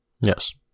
Yes